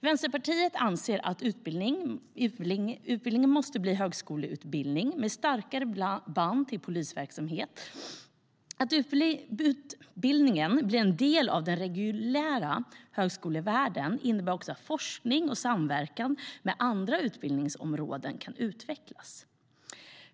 Vänsterpartiet anser att utbildningen måste bli högskoleutbildning med starkare band till polisverksamhet. Att utbildningen blir en del av den reguljära högskolevärlden innebär också att forskning och samverkan med andra utbildningsområden kan utvecklas.